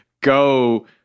go